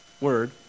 word